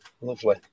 Lovely